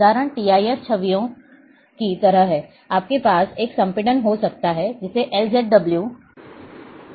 उदाहरण टीआईएफ छवियों की तरह है आपके पास एक संपीड़न हो सकता है जिसे LZW कहा जाता है